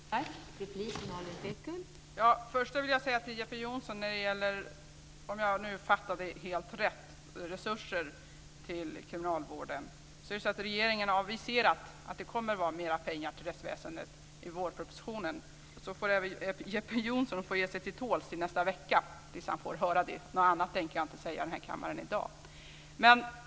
Fru talman! Först vill jag säga till Jeppe Johnsson - om jag nu fattade helt rätt - att när det gäller resurser till kriminalvården har regeringen aviserat att det kommer att vara mer pengar till rättsväsendet i vårpropositionen. Jeppe Johnsson får ge sig till tåls till nästa vecka tills han får höra det. Något annat tänker jag inte säga i den här kammaren i dag.